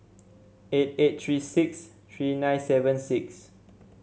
eight eight three six three nine seven six